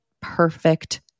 perfect